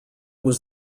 was